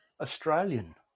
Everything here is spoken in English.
Australian